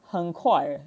很快